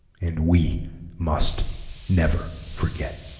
and we must never forget